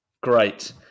Great